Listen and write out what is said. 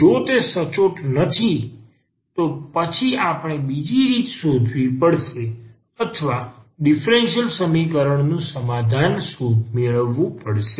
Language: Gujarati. જો તે સચોટ નથી તો પછી આપણે બીજી કોઈ રીત શોધવી પડશે અથવા ડીફરન્સીયલ સમીકરણ નું સમાધાન મેળવવું પડશે